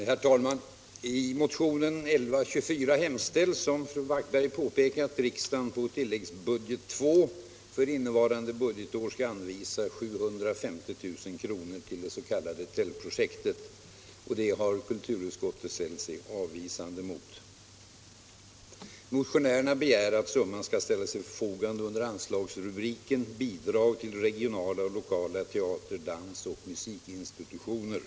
Herr talman! I motionen 1124 hemställs, som fru Backberger påpekade, att riksdagen på tilläggsbudget II för innevarande budgetår skall anvisa 750 000 kr. till Tältprojektet. Detta har kulturutskottet ställt sig avvisande till. Motionärerna begär att summan skall ställas till förfogande under anslagsrubriken Bidrag till regionala och lokala teater-, dansoch musikinstitutioner.